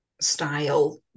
style